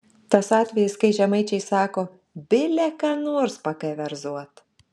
tas atvejis kai žemaičiai sako bile ką nors pakeverzot